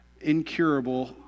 incurable